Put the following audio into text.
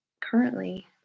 currently